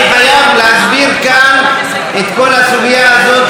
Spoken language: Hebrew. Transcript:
אני חייב להסביר כאן את כל הסוגיה הזאת,